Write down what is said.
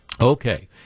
Okay